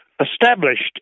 established